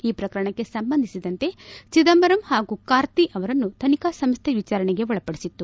ಈ ಪ್ರಕರಣಕ್ಕೆ ಸಂಬಂಧಿಸಿದಂತೆ ಚಿದಂಬರಂ ಹಾಗೂ ಕಾರ್ತಿ ಅವರನ್ನು ತನಿಖಾ ಸಂಸ್ಥೆ ವಿಚಾರಣೆಗೆ ಒಳಪಡಿಸಿತ್ತು